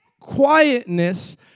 quietness